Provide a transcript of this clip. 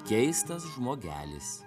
keistas žmogelis